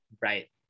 Right